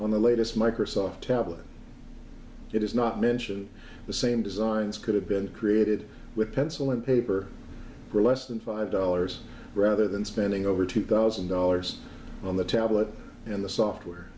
on the latest microsoft tablet it is not mention the same designs could have been created with pencil and paper for less than five dollars rather than spending over two thousand dollars on the tablet and the software